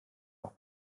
auch